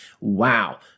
Wow